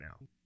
now